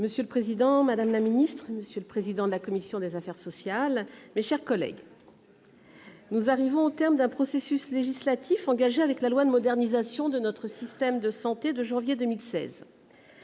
Monsieur le président, madame la ministre, monsieur le président de la commission des affaires sociales, mes chers collègues, nous arrivons au terme d'un processus législatif engagé avec la loi du 26 janvier 2016 de modernisation de notre système de santé, dite loi